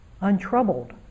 untroubled